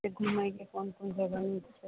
एतऽ घुमैके कोन कोन जगह छै